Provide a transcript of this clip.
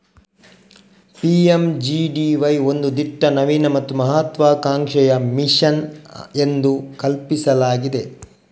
PMGDY ಒಂದು ದಿಟ್ಟ, ನವೀನ ಮತ್ತು ಮಹತ್ವಾಕಾಂಕ್ಷೆಯ ಮಿಷನ್ ಎಂದು ಕಲ್ಪಿಸಲಾಗಿದೆ